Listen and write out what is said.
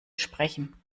sprechen